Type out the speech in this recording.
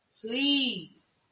please